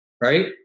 right